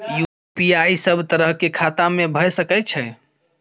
UPI सब तरह के खाता में भय सके छै?